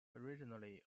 originally